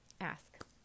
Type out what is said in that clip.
ask